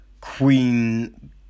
Queen